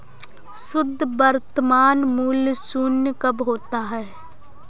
शुद्ध वर्तमान मूल्य शून्य कब होता है?